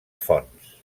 fonts